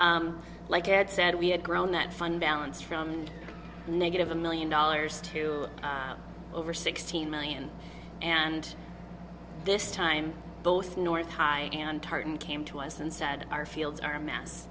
it like ed said we had grown that fun balance from negative a million dollars to over sixteen million and this time both north high and tartan came to us and said our fields are mass